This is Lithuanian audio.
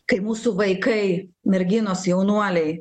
kai mūsų vaikai merginos jaunuoliai